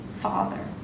Father